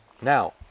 Now